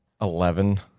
Eleven